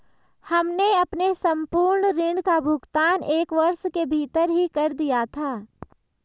हमने अपने संपूर्ण ऋण का भुगतान एक वर्ष के भीतर ही कर दिया था